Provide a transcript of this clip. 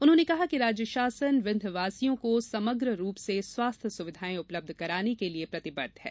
उन्होंने कहा कि राज्य शासन विन्ध्यवासियों को समग्र रूप से स्वास्थ्य सुविधाएँ उपलब्ध कराने के लिये प्रतिबद्ध है